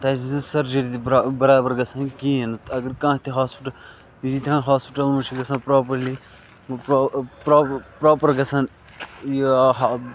تَتہِ ہسا چھِ نہٕ سرجری تہِ بَرابَر گَژھان کِہیٖنہ اَگَر کانٛہہ تہِ ہاسپِٹَل ییٖتیا ہن ہاسپِٹَلَن مَنٛز چھِ گَژھان پراپرلی پراپر گَژھان یہِ